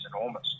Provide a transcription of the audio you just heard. enormous